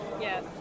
Yes